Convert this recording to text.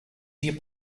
your